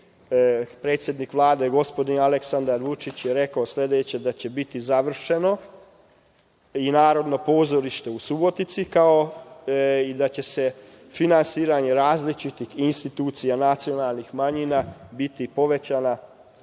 predsednik Vlade, gospodin Aleksandar Vučić, je rekao sledeće - da će biti završeno i Narodno pozorište u Subotici, kao i da će se finansiranje različitih institucija nacionalnih manjina biti povećana